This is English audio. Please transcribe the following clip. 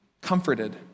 comforted